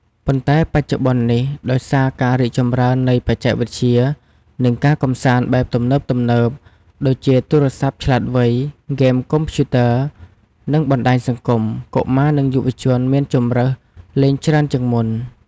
ប៉ុន្តែបច្ចុប្បន្ននេះ ដោយសារការរីកចម្រើននៃបច្ចេកវិទ្យា និងការកម្សាន្តបែបទំនើបៗ ដូចជាទូរស័ព្ទឆ្លាតវៃ ហ្គេមកុំព្យូទ័រ និងបណ្តាញសង្គម កុមារ និងយុវជនមានជម្រើសលេងច្រើនជាងមុន។